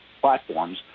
platforms